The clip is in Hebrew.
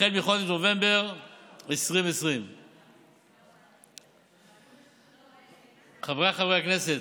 החל מחודש נובמבר 2020. חבריי חברי הכנסת,